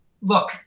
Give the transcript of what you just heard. look